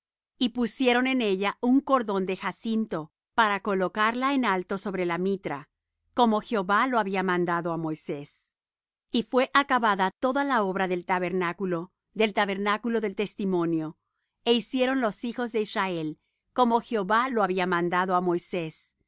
y pusieron en ella un cordón de jacinto para colocarla en alto sobre la mitra como jehová lo había mandado á moisés y fue acabada toda la obra del tabernáculo del tabernáculo del testimonio é hicieron los hijos de israel como jehová lo había mandado á moisés